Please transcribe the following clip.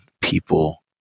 people